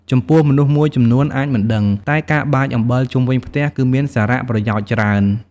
ចំពោះមនុស្សមួយចំនួនអាចមិនដឹង តែការបាចអំបិលជុំវិញផ្ទះគឺមានសារប្រយោជន៍ច្រើន។